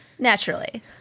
Naturally